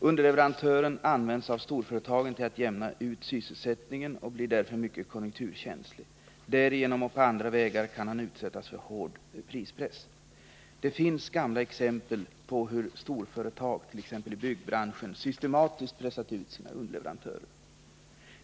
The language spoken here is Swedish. Underleverantören används av storföretagen till att jämna ut sysselsättningen och blir därför mycket konjunkturkänslig. Därigenom och på andra vägar kan han utsättas för hård prispress. Det finns gamla exempel på hur storföretag, t.ex. i byggbranschen, systematiskt pressat ut sina underleverantörer.